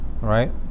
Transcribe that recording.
right